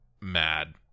mad